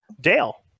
Dale